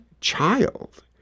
child